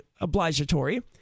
obligatory